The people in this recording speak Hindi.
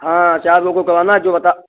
हाँ चार लोगों को करवाना है जो बता